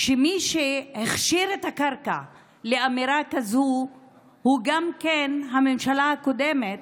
שמי שהכשירה את הקרקע לאמירה כזאת היא גם הממשלה הקודמת,